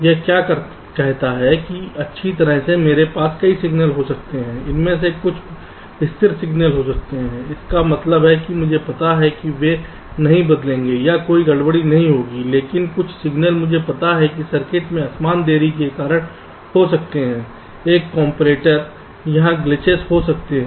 यह क्या कहता है कि अच्छी तरह से मेरे पास कई सिग्नल हो सकते हैं उनमें से कुछ स्थिर सिग्नल हो सकते हैं इसका मतलब है कि मुझे पता है कि वे नहीं बदलेंगे या कोई गड़बड़ नहीं होगी लेकिन कुछ सिग्नल मुझे पता है कि सर्किट में असमान देरी के कारण हो सकता है एक कॉम्परटोर यहाँ ग्लीचेस हो सकता है